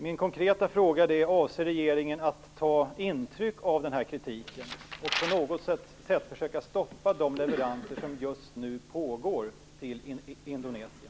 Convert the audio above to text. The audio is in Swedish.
Min konkreta fråga är: Avser regeringen att ta intryck av den här kritiken och på något sätt försöka stoppa de leveranser till Indonesien som just nu pågår?